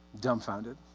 Dumbfounded